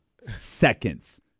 seconds